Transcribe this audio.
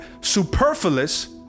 superfluous